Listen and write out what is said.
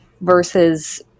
versus